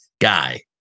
guy